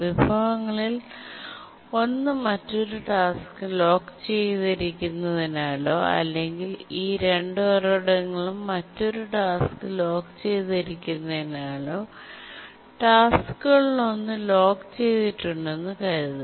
വിഭവങ്ങളിൽ ഒന്ന് മറ്റൊരു ടാസ്ക് ലോക്ക് ചെയ്തിരിക്കുന്നതിനാലോ അല്ലെങ്കിൽ ഈ രണ്ട് ഉറവിടങ്ങളും മറ്റൊരു ടാസ്ക് ലോക്ക് ചെയ്തിരിക്കുന്നതിനാലോ ടാസ്ക്കുകളിലൊന്ന് ലോക്കുചെയ്തിട്ടുണ്ടെന്ന് കരുതുക